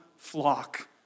Flock